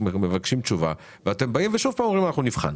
מבקשים תשובה ואתם באים ושוב פעם אומרים: אנחנו נבחן.